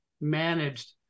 managed